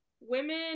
women